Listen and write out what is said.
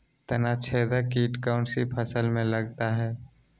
तनाछेदक किट कौन सी फसल में लगता है?